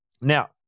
Now